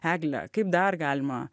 egle kaip dar galima